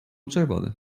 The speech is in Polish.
czerwony